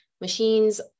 Machines